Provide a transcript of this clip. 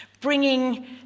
bringing